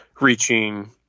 reaching